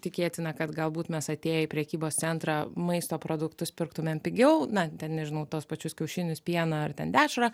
tikėtina kad galbūt mes atėję į prekybos centrą maisto produktus pirktumėm pigiau na ten nežinau tuos pačius kiaušinius pieną ar ten dešrą